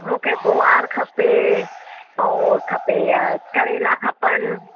मूंखे ग्वार खपे ऐं उहो खपे इहा करेला खपनि